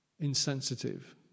insensitive